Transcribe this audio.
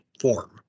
form